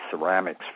ceramics